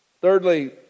Thirdly